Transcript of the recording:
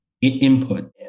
input